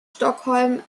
stockholm